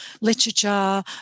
literature